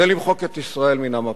זה למחוק את ישראל מן המפה.